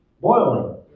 boiling